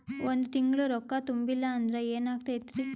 ಒಂದ ತಿಂಗಳ ರೊಕ್ಕ ತುಂಬಿಲ್ಲ ಅಂದ್ರ ಎನಾಗತೈತ್ರಿ?